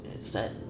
set